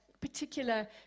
particular